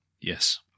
Yes